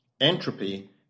entropy